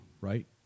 right